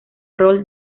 rol